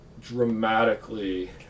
dramatically